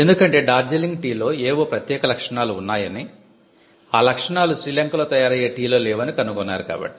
ఎందుకంటే డార్జీలింగ్ టీ లో ఏవో ప్రత్యేక లక్షణాలు ఉన్నాయని ఆ లక్షణాలు శ్రీలంకలో తయారయ్యే టీ లో లేవని కనుగొన్నారు కాబట్టి